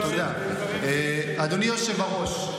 אדוני היושב-ראש,